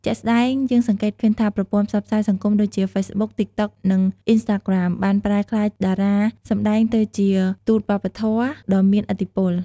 ជាក់ស្ដែងយើងសង្កេតឃើញថា ប្រព័ន្ធផ្សព្វផ្សាយសង្គមដូចជា ហ្វេសប៊ុក តិកតុក និង អុីនស្តាក្រាម បានប្រែក្លាយតារាសម្ដែងទៅជា "ទូតវប្បធម៌" ដ៏មានឥទ្ធិពល។